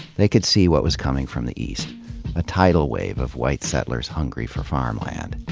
they could see what was coming from the east a tidal wave of white settlers hungry for farmland,